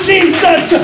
Jesus